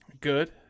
Good